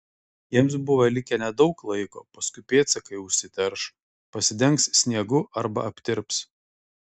jiems buvo likę nedaug laiko paskui pėdsakai užsiterš pasidengs sniegu arba aptirps